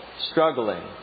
struggling